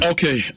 Okay